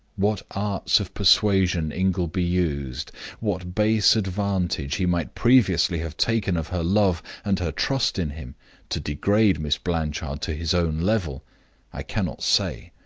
what arts of persuasion ingleby used what base advantage he might previously have taken of her love and her trust in him to degrade miss blanchard to his own level i cannot say.